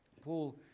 Paul